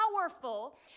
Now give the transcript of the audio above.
powerful